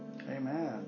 Amen